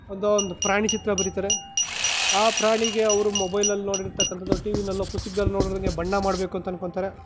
ಒಂದು ಒಂದು ಪ್ರಾಣಿ ಚಿತ್ರ ಬರೀತಾರೆ ಆ ಪ್ರಾಣಿಗೆ ಅವರು ಮೊಬೈಲಲ್ಲಿ ನೋಡಿರತಕ್ಕಂಥದ್ದು ಟಿ ವಿನಲ್ಲೂ ಪುಸ್ತಕದಲ್ಲೋ ನೋಡಿದ್ರೆ ಬಣ್ಣ ಮಾಡಬೇಕು ಅಂತ ಅಂದ್ಕೋತಾರೆ